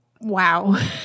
Wow